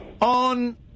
On